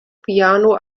piano